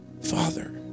Father